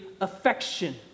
affection